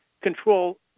control